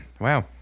Wow